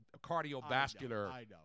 cardiovascular